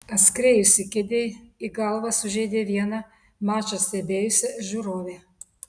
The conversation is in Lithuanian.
atskriejusi kėdė į galvą sužeidė vieną mačą stebėjusią žiūrovę